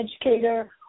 educator